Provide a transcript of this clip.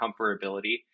comfortability